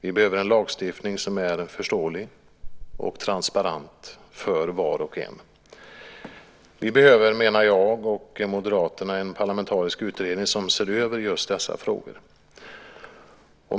Vi behöver en lagstiftning som är förståelig och transparent för var och en. Vi behöver, menar jag och Moderaterna, en parlamentarisk utredning som ser över just dessa frågor.